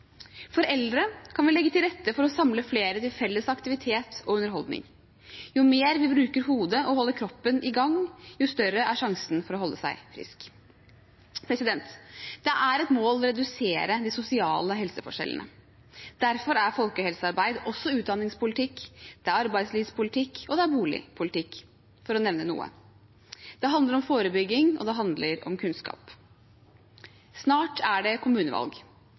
For eldre kan vi legge til rette for å samle flere til felles aktivitet og underholdning. Jo mer vi bruker hodet og holder kroppen i gang, jo større er sjansen for å holde seg frisk. Det er et mål å redusere de sosiale helseforskjellene. Derfor er folkehelsearbeid også utdanningspolitikk, det er arbeidslivspolitikk og det er boligpolitikk, for å nevne noe. Det handler om forebygging og det handler om kunnskap. Snart er det kommunevalg.